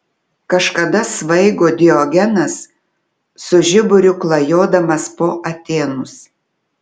kažkada svaigo diogenas su žiburiu klajodamas po atėnus